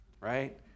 right